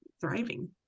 thriving